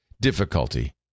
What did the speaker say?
difficulty